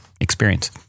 experience